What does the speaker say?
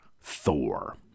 Thor